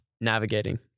navigating